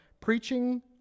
preaching